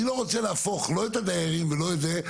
אני לא רוצה להפוך לא את הדיירים ולא את זה,